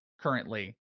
currently